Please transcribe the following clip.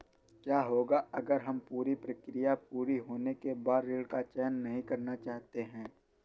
क्या होगा अगर हम पूरी प्रक्रिया पूरी होने के बाद ऋण का चयन नहीं करना चाहते हैं?